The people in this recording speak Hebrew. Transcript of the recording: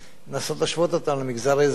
לנסות להשוות אותם למגזר האזרחי הרגיל.